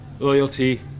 loyalty